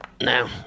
now